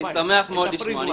אני שמח מאוד לשמוע.